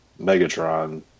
Megatron